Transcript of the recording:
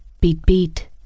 Beat-beat